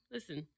Listen